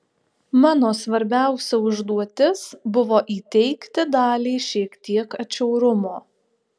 mano svarbiausia užduotis buvo įteigti daliai šiek tiek atšiaurumo